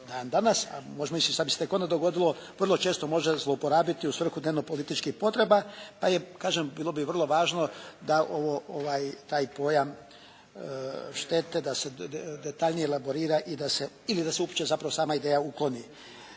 danas, a možete zamisliti šta bi se tek onda dogovorilo, vrlo često može zlouporabiti u svrhu dnevno političkih potreba, pa je kažem bilo bi vrlo važno da taj pojam štete da se detaljnije elaborira ili da se uopće sama ideja ukloni.